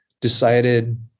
decided